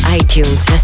iTunes